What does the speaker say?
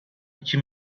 iki